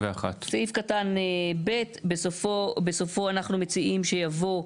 סעיף קטן (ב), בסופו אנחנו מציעים שיבוא,